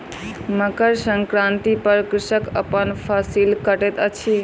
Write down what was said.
मकर संक्रांति पर कृषक अपन फसिल कटैत अछि